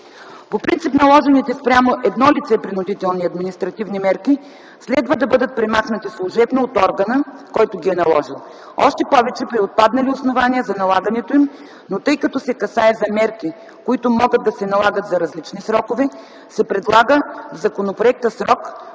По принцип наложените спрямо едно лице принудителни административни мерки следва да бъдат премахнати служебно от органа, който ги е наложил, още повече при отпаднали основания за налагането им, но тъй като се касае за мерки, които могат да се налагат за различни срокове, се предлага в законопроекта срок,